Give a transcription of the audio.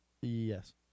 Yes